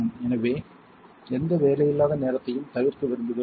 எனவே எந்த வேலையில்லா நேரத்தையும் தவிர்க்க விரும்புகிறோம்